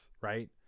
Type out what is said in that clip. right